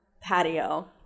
patio